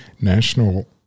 national